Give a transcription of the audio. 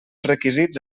requisits